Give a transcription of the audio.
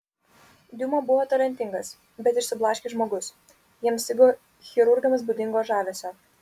diuma buvo talentingas bet išsiblaškęs žmogus jam stigo chirurgams būdingo žavesio